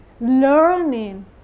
learning